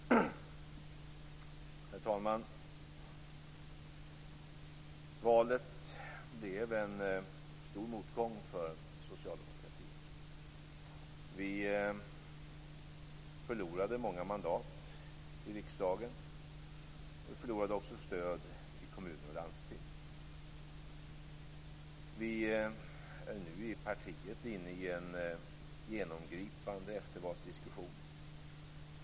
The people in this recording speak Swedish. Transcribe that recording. Herr talman! Valet blev en stor motgång för socialdemokratin. Vi förlorade många mandat i riksdagen. Vi förlorade också stöd i kommuner och landsting. Vi är nu i partiet inne i en genomgripande eftervalsdiskussion.